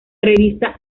revista